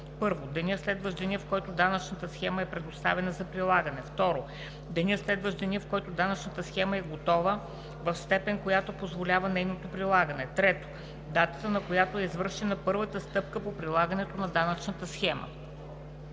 1. деня, следващ деня, в който данъчната схема е предоставена за прилагане; 2. деня, следващ деня, в който данъчната схема е готова в степен, която да позволява нейното прилагане; 3. датата, на която е извършена първата стъпка по прилагането на данъчната схема.“